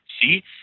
see